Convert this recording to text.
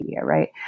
right